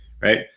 Right